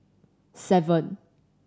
seven